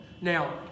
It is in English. Now